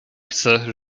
chcę